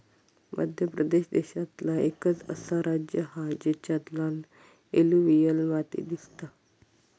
मध्य प्रदेश देशांतला एकंच असा राज्य हा जेच्यात लाल एलुवियल माती दिसता